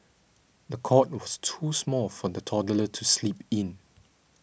the cot was too small for the toddler to sleep in